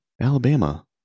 Alabama